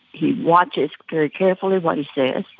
he watches very carefully what he says.